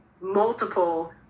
multiple